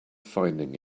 finding